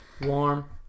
Warm